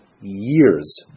years